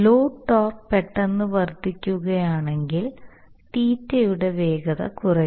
load torque പെട്ടെന്ന് വർദ്ധിക്കുകയാണെങ്കിൽ തീറ്റയുടെ വേഗത കുറയും